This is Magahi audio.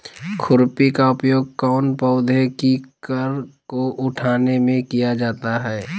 खुरपी का उपयोग कौन पौधे की कर को उठाने में किया जाता है?